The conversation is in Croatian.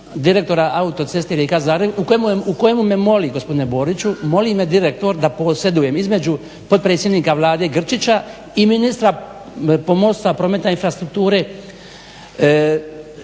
Rijeka-Zagreb ARZ-a u kojemu me moli, gospodine Boriću, moli me direktor da posredujem između potpredsjednika Vlade Grčića i ministra pomorstva, prometa i infrastrukture